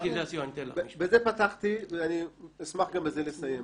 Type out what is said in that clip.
בזה פתחתי ואני אשמח גם בזה לסיים.